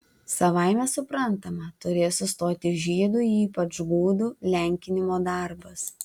savaime suprantama turės sustoti žydų ypač gudų lenkinimo darbas